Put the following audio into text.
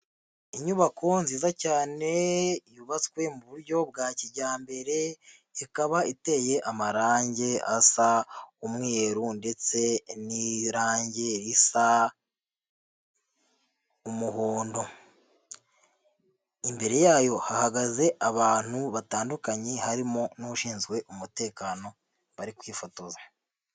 Inyubako nziza cyane yubatswe mu buryo bwa kijyambere ikaba iteye amarangi asa umweru ndetse n'irangi risa umuhondo, imbere yayo hahagaze abantu batandukanye harimo n'ushinzwe umutekano, bari kwifotoza.